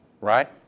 Right